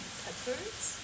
peppers